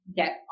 get